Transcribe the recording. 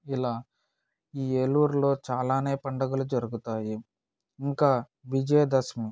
ఇలా ఈ ఏలూరులో చాలా పండగలు జరుగుతాయి ఇంకా విజయదశమి